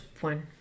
one